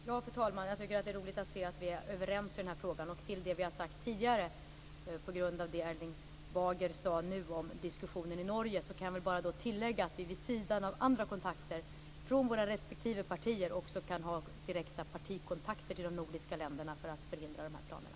Fru talman! Jag tycker att det är roligt att höra att vi är överens i den här frågan. Till det vi har sagt tidigare, och på grund av det Erling Bager sade nu om diskussionen i Norge, kan jag bara tillägga att vi vid sidan av andra kontakter genom våra respektive partier också kan ha direkta partikontakter med de nordiska länderna för att förhindra de här planerna.